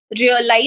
realize